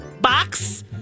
Box